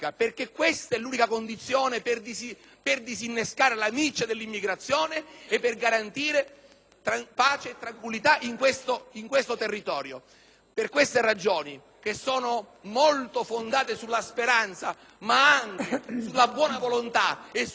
pace e tranquillità in questo territorio. Per queste ragioni, che sono fondate molto sulla speranza, ma anche sulla buona volontà e sulla capacità del nostro Governo di attuare una politica estera in linea con gli interessi nazionali, quelli veri,